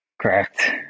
Correct